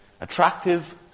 attractive